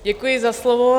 Děkuji za slovo.